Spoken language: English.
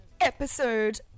episode